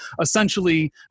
essentially